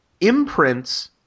imprints